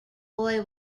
boy